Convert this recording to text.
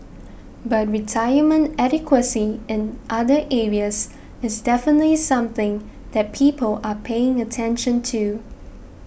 but retirement adequacy in other areas is definitely something that people are paying attention to